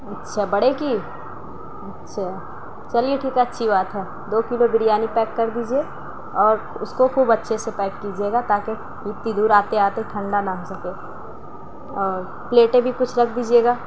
اچّھا بڑے کی اچّھا چلیے ٹھیک ہے اچّھی بات ہے دو کلو بریانی پیک کر دیجیے اور اس کو خوب اچّھے سے پیک کیجیے گا تا کہ اتنی دور آتے آتے ٹھنڈا نہ ہو سکے اور پلیٹیں بھی کچھ رکھ دیجیے گا